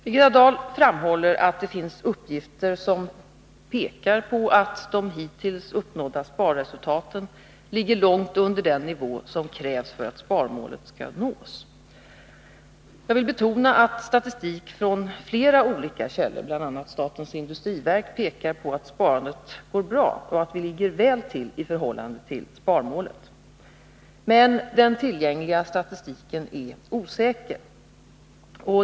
Birgitta Dahl framhåller att det finns uppgifter som pekar på att de hittills uppnådda sparresultaten ligger långt under den nivå som krävs för att sparmålet skall nås. Jag vill betona att statistik från flera olika källor — bl.a. statens industriverk — pekar på att sparandet går bra och att vi ligger väl till i förhållande till sparmålet. Men den tillgängliga statistiken är osäker.